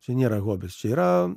čia nėra hobis čia yra